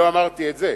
לא אמרתי את זה.